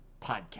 podcast